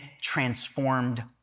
transformed